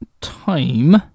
time